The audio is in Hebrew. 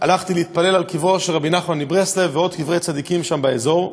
הלכתי להתפלל על קברו של רבי נחמן מברסלב ובעוד קברי צדיקים שם באזור.